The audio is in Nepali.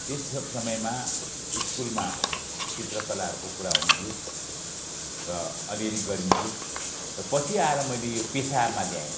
त्यस सब समयमा स्कुलमा चित्रकलाहरूको कुरा हुन्थ्यो र अलिअलि गरिन्थ्यो र पछि आएर मैले यो पेसामा ल्याएँ